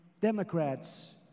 Democrats